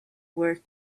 work